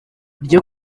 ryo